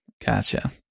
Gotcha